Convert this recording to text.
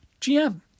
GM